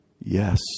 yes